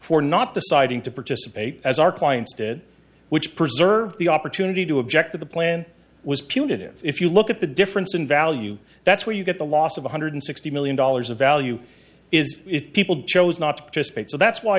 for not deciding to participate as our clients did which preserve the opportunity to object to the plan was punitive if you look at the difference in value that's where you get the loss of one hundred sixty million dollars of value is if people chose not to participate so that's why